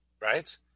right